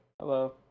Hello